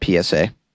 PSA